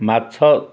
ମାଛ